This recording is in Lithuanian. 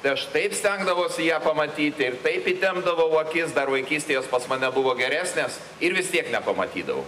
tai aš taip stengdavausi ją pamatyti taip įtempdavau akis dar vaikystėj jos pas mane buvo geresnės ir vis tiek nepamatydavau